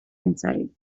inside